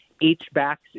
H-backs